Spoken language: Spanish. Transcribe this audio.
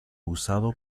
usado